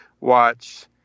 watch